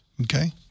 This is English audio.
Okay